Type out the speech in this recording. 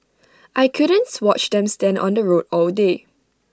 I couldn't watch them stand on the road all day